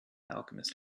alchemist